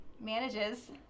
manages